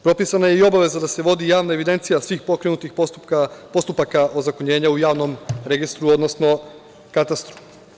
Propisana je i obaveza da se vodi javna evidencija svih pokrenutih postupaka ozakonjenja u javnom registru, odnosno katastru.